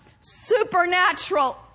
supernatural